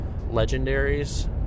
legendaries